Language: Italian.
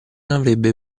avrebbe